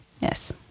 yes